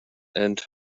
and